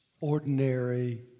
ordinary